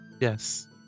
Yes